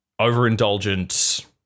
overindulgent